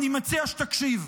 אני מציע שתקשיב.